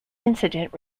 incident